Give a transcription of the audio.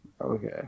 okay